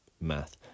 Math